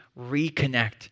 reconnect